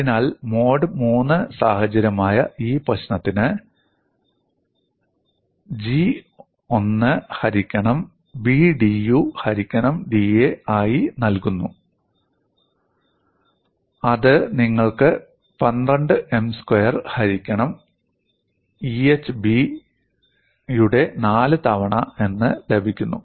അതിനാൽ മോഡ് 3 സാഹചര്യമായ ഈ പ്രശ്നത്തിന് 'G' 1 ഹരിക്കണം B dU ഹരിക്കണം da ആയി നൽകുന്നു അത് നിങ്ങൾക്ക് 12 M സ്ക്വയർ ഹരിക്കണം EhB ന്റെ 4 തവണ എന്ന് ലഭിക്കുന്നു